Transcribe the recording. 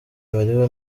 bariho